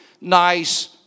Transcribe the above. nice